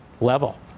level